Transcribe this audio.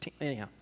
Anyhow